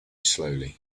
slowly